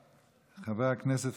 חבר הכנסת חילי טרופר.